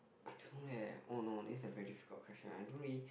I don't know leh oh no this is a very difficult question I don't really